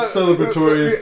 celebratory